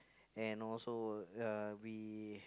and also uh we